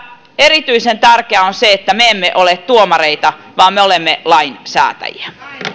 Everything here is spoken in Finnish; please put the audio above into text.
erityisen tärkeää on se että me emme ole tuomareita vaan me olemme lainsäätäjiä